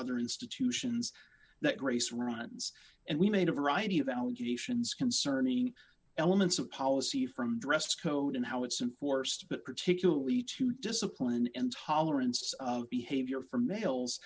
other institutions that grace runs and we made a variety of allegations concerning elements of policy from dress code and how it's in force but particularly to discipline and tolerance behavior for males